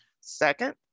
Second